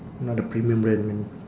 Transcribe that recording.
not the premium brand mean